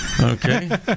Okay